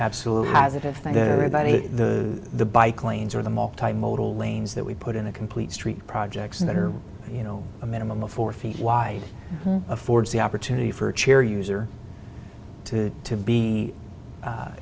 everybody the the bike lanes or the multi modal lanes that we put in a complete street projects that are you know a minimum of four feet wide affords the opportunity for a chair user to to be